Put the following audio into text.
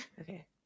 Okay